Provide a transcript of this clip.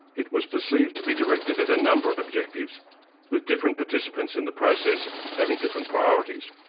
it was perceived to be directed at a number of objectives with different participants in the process having different priorities.